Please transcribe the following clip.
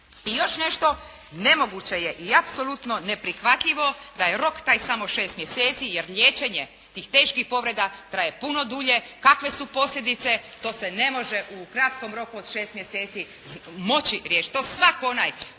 I još nešto. Nemoguće je i apsolutno neprihvatljivo da je rok taj samo 6 mjeseci jer liječenje tih teških povreda traje puno dulje, kakve su posljedice to se ne može u kratkom roku od 6 mjeseci moći riješiti.